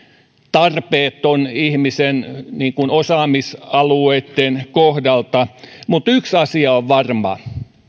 tarpeet ihmisen osaamisalueitten kohdalla mutta yksi asia on varma